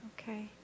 Okay